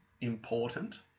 important